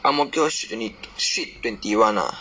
ang mo kio street twenty street twenty one ah